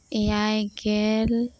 ᱮᱭᱟᱭ ᱜᱮᱞ